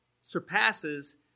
surpasses